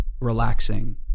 relaxing